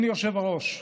גברתי היושבת-ראש,